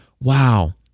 wow